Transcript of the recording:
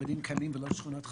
חרדיים ולא שכונות חדשות?